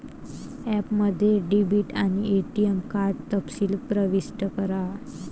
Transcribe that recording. ॲपमध्ये डेबिट आणि ATM card तपशील प्रविष्ट करा